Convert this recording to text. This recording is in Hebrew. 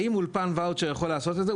האם אולפן ואוצ'ר יכול לעשות את זה?